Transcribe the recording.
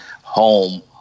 home